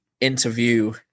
interview